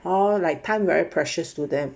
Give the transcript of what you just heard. or like time very precious to them